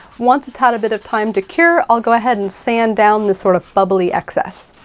once it's had a bit of time to cure, i'll go ahead and sand down this sort of bubbly excess.